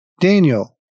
Daniel